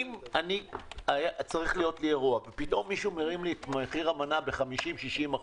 אם צריך להיות לי אירוע ופתאום מישהו מעלה לי את מחיר המנה ב-50% 60%,